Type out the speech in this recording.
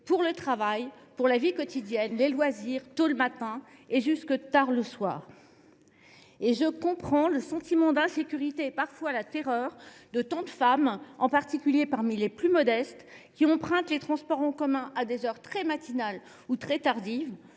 pour le travail, la vie quotidienne, les loisirs, tôt le matin et jusque tard le soir. Je comprends le sentiment d’insécurité et parfois la terreur de tant de femmes, en particulier parmi les plus modestes, qui empruntent les transports en commun à des heures très matinales ou très tardives,